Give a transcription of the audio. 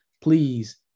Please